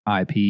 IP